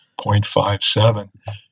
0.57